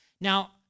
Now